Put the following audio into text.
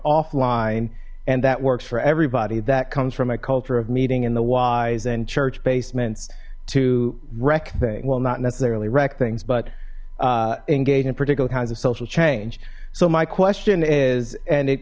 offline and that works for everybody that comes from a culture of meeting and the wise and church basements to rec thing well not necessarily rec things but engage in particularly kinds of social change so my question is and it